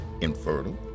infertile